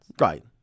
right